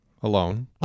alone